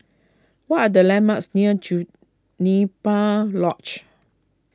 what are the landmarks near Juniper Lodge